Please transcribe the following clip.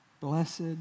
Blessed